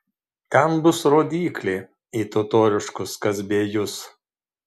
ten bus rodyklė į totoriškus kazbiejus